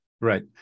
Right